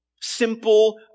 Simple